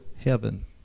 heaven